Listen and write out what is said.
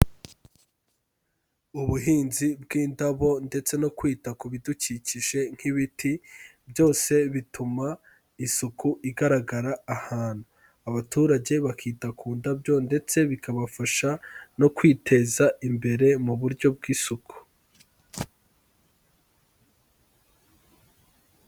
Ubuhinzi bw'indabo ndetse no kwita ku bidukikije nk'ibiti, byose bituma isuku igaragara ahantu, abaturage bakita ku ndabyo ndetse bikabafasha no kwiteza imbere mu buryo bw'isuku.